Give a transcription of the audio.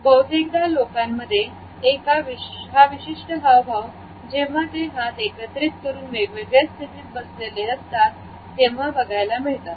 बहुतेकदा लोकांमध्ये हा विशिष्ट हावभाव जेव्हा ते हात एकत्रित करून वेगवेगळ्या स्थितीत बसलेले असतात तेव्हा बघायला मिळतात